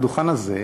לדוכן הזה,